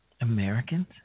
Americans